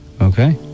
Okay